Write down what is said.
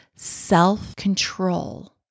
self-control